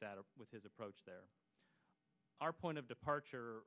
that with his approach there our point of departure